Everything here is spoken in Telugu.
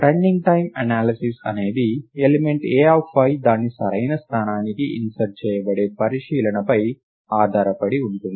రన్నింగ్ టైమ్ ఎనాలిసిస్ అనేది ఎలిమెంట్ Ai దాని సరైన స్థానానికి ఇన్సర్ట్ చేయబడే పరిశీలనపై ఆధారపడి ఉంటుంది